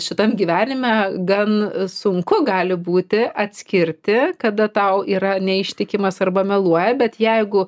šitam gyvenime gan sunku gali būti atskirti kada tau yra neištikimas arba meluoja bet jeigu